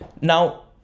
now